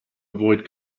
avoid